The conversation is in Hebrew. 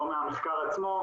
לא מהמחקר עצמו,